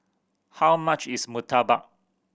how much is murtabak